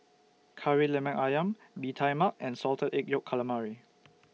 Kari Lemak Ayam Bee Tai Mak and Salted Egg Yolk Calamari